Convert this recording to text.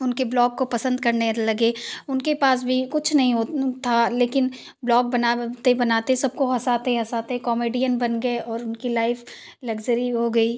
उनके ब्लॉग़ को पसन्द करने लगे उनके पास भी कुछ नहीं था लेकिन ब्लॉग़ बनाते बनाते सबको हँसाते हँसाते कॉमेडियन बन गए और उनकी लाइफ़ लग्ज़री हो गई